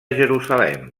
jerusalem